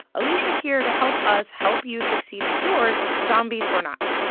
alisha's here to help us help you succeed with yours, zombies or not.